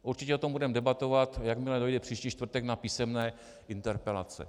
Určitě o tom budeme debatovat, jakmile dojde příští čtvrtek na písemné interpelace.